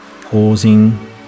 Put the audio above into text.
Pausing